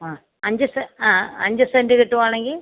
ആ അഞ്ച് ആ അഞ്ച് സെൻറ്റ് കിട്ടുകയാണെങ്കിൽ